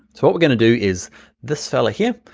so what we gonna do is this fellow here.